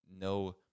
no